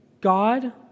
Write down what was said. God